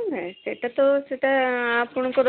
ହଁ ନାହିଁ ସେଇଟା ତ ସେଇଟା ଆପଣଙ୍କର